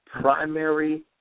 primary